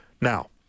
Now